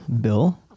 bill